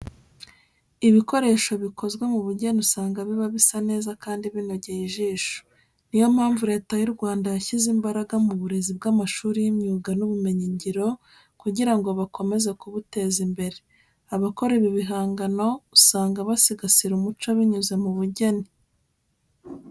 Ibikoresho bikozwe mu bugeni usanga biba bisa neza kandi binogeye ijisho. Niyo mpamvu Leta y'u Rwanda yashyize imbaraga mu burezi bw'amashuri y'imyuga n'ubumenyingiro kugira ngo bakomeze kubuteza imbere. Abakora ibi bihangano, usanga basigasira umuco binyuze mu bugeni.